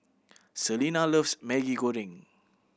Celena loves Maggi Goreng